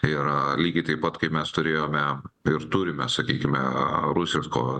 yra lygiai taip pat kaip mes turėjome ir turime sakykime rusiško